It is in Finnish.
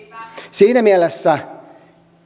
siinä mielessä